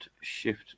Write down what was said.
Shift